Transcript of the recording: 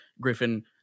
griffin